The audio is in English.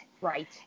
Right